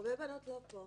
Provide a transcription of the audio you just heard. הרבה בנות לא פה,